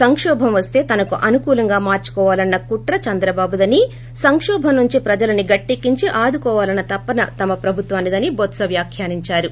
సంకోభం వస్త తనకు అనుకూలంగా మార్చుకోవాలన్న కుట్ర చంద్రబాబుదని సంకోభం నుంచి ప్రజలని గట్టిక్కించి ఆదుకోవాలన్న తపన తమ ప్రభుత్వానిదని బొత్స వ్యాఖ్యానించారు